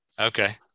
Okay